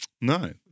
No